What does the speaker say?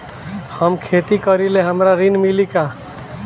हम खेती करीले हमरा ऋण मिली का?